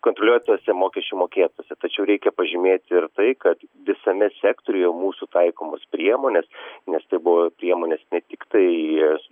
kontroliuotose mokesčių mokėtose tačiau reikia pažymėti ir tai kad visame sektoriuje mūsų taikomos priemonės nes tai buvo priemonės ne tiktai jos